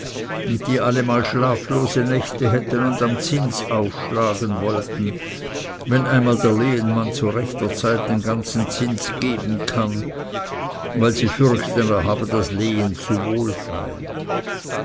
und die allemal schlaflose nächte hätten und am zins aufschlagen wollen wenn einmal der lehenmann zu rechter zeit den ganzen zins geben kann weil sie fürchten er habe das lehen zu wohlfeil